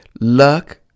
Luck